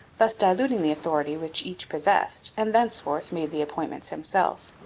thus diluting the authority which each possessed, and thenceforth made the appointments himself.